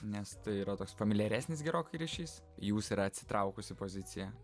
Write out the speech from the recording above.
nes tai yra toks familiaresnis gerokai ryšys jūs yra atsitraukusi pozicija